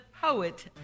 poet